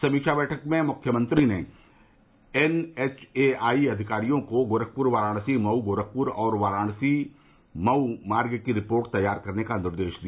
समीक्षा बैठक में मुख्यमंत्री श्री योगी ने एन एच ए आई अधिकारियों को गोरखपुर वाराणसी मऊ गोरखपुर और मऊ वाराणसी मार्ग की रिपोर्ट तैयार करने का निर्देश दिया